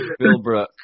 Billbrook